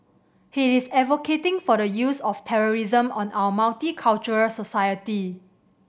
he is advocating for the use of terrorism on our multicultural society